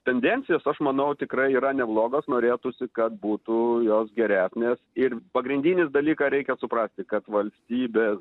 tendencijos aš manau tikrai yra neblogos norėtųsi kad būtų jos geresnės ir pagrindinį dalyką reikia suprasti kad valstybės